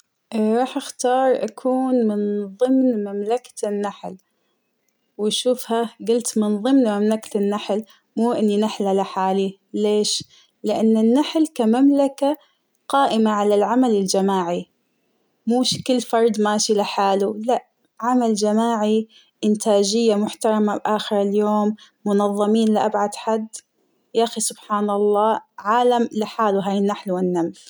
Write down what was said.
راح أختار أكون من ضمن مملكة النحل, ويشوفها قلت من ضمن مملكة النحل ,مو إنى نحلة لحالى, ليش لأن النحل كمملكة قائمة على العمل الجماعى ,موش كل فرد ماشى لحاله لا عمل جماعى ,إنتاجية محترمة آخر اليوم ،منظمين لأبعد حد ياخى سبحان الله عالم لحاله هاى النحل والنمل.